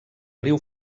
riu